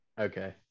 Okay